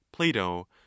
plato